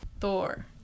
thor